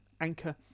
Anchor